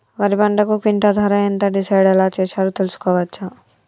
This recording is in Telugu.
వరి పంటకు క్వింటా ధర ఎంత డిసైడ్ ఎలా చేశారు తెలుసుకోవచ్చా?